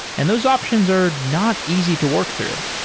and those options are not easy to work through.